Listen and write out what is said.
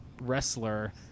wrestler